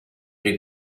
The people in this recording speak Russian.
при